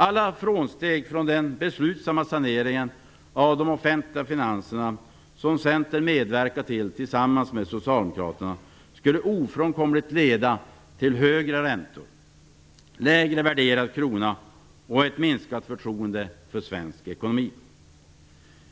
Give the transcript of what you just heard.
Alla frånsteg från den beslutsamma saneringen av de offentliga finanserna, vilket Centern medverkar till tillsammans med socialdemokraterna, skulle ofrånkomligt leda till högre räntor, lägre värderad krona och ett minskat förtroende för svensk ekonomi.